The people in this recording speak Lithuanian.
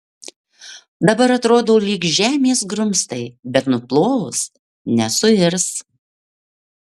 dabar atrodo lyg žemės grumstai bet nuplovus nesuirs